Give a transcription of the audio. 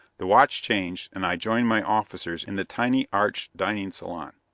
the watch changed, and i joined my officers in the tiny, arched dining salon.